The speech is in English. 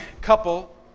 couple